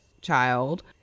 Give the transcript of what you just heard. child